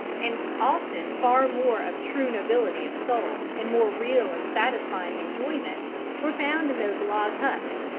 and often far more of true nobility of soul and more real and satisfying enjoyment were found in those log huts,